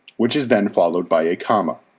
which is then followed by a comma.